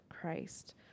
Christ